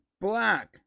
black